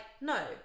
no